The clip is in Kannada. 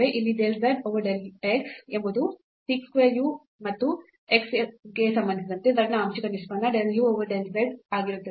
ಇಲ್ಲಿ del z over del x ಎಂಬುದು sec square u ಮತ್ತು x ಗೆ ಸಂಬಂಧಿಸಿದಂತೆ z ನ ಆಂಶಿಕ ನಿಷ್ಪನ್ನ del u over del x ಆಗಿರುತ್ತದೆ